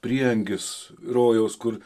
prieangis rojaus kur